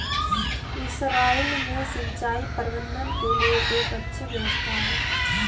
Israel में सिंचाई प्रबंधन के लिए एक अच्छी व्यवस्था है